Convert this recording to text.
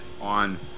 on